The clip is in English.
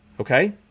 Okay